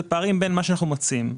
אלא פערים בין מה שאנחנו מציעים.